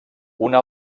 una